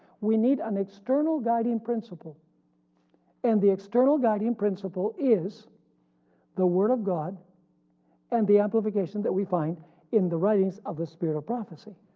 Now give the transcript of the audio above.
we need an external guiding principle and the external guiding principle is the word of god and the amplification that we find in the writings of the spirit of prophecy.